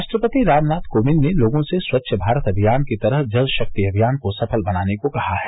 राष्ट्रपति रामनाथ कोविंद ने लोगों से स्वच्छ भारत अभियान की तरह जल शक्ति अभियान को सफल बनाने को कहा है